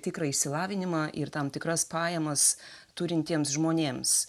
tikrą išsilavinimą ir tam tikras pajamas turintiems žmonėms